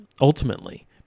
ultimately